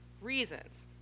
reasons